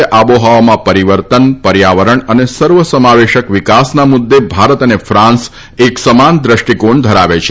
આપી હતી આબોહવામાં પરિવર્તન પર્યાવરણ અને સર્વ સમાવેશક વિકાસના મુદ્દે ભારત અને ફાન્સ એકસમાન દૃષ્ટિકોણ ધરાવે છે